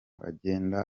akagenda